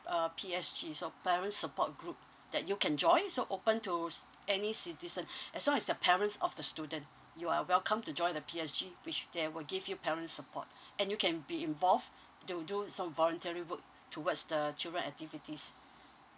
a P_S_G so parents support group that you can join so open to any citizen as long as the parents of the student you are welcome to join the P_S_G which they will give you parent support and you can be involved to do some voluntary work towards the children activities